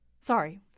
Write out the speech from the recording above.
Sorry